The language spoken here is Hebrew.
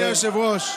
אדוני היושב-ראש,